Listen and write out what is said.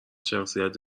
شخصیت